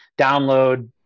download